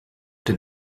den